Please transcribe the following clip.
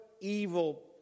evil